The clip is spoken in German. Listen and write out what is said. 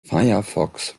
firefox